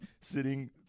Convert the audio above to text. sitting